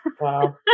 Wow